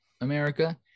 America